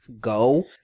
go